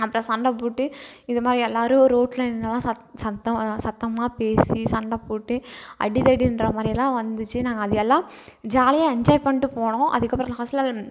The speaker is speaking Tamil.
அப்புறம் சண்டை போட்டு இது மாதிரி எல்லோரும் ரோட்டில் நின்றோம் சத் சத்தம் சத்தமாக பேசி சண்டை போட்டு அடிதடின்ற மாதிரி எல்லாம் வந்துச்சு நாங்கள் அதையெல்லாம் ஜாலியாக என்ஜாய் பண்ணிட்டு போனோம் அதுக்கப்புறம் லாஸ்ட் நாள்